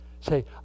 Say